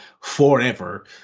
forever